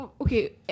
okay